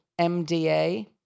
MDA